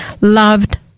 loved